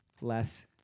less